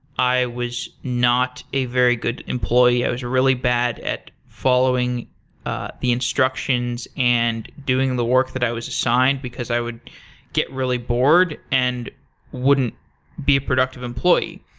i was not a very good employee. i was really bad at following ah the instructions and doing the work that i was assigned, because i would get really bored and wouldn't be a productive employee.